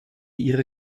ihre